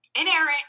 Inerrant